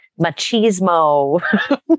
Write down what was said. machismo